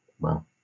Wow